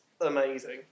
amazing